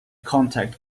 contact